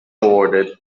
awarded